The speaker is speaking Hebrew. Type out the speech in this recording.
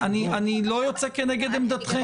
אני לא יוצא כנגד עמדתכם.